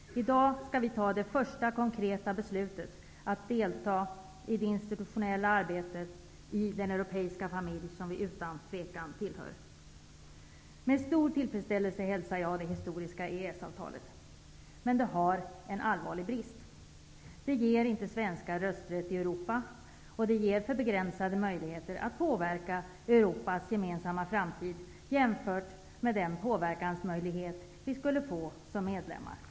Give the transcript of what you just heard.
I dag skall vi ta det första konkreta beslutet att delta i det institutionella arbetet i den europeiska familj som vi utan tvivel tillhör. Jag hälsar det historiska EES-avtalet med stor tillfredsställelse, men det har en allvarlig brist. Det ger inte Sverige rösträtt i Europa, och det innebär för begränsade möjligheter att påverka Europas gemensamma framtid, jämfört med den möjlighet till påverkan som vi skulle få som medlemmar i EG.